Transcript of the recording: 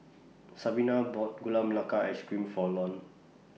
Sabina bought Gula Melaka Ice Cream For Lorne